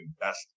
best